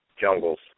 jungles